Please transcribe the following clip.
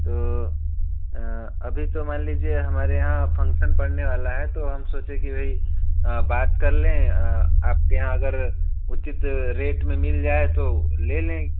तो अभी तो मान लीजिए हमारे यहाँ फंक्सन पड़ने वाला है तो हम सोचे कि वही बात कर लें आपके यहाँ अगर उचित रेट में मिल जाए तो ले लें